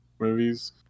movies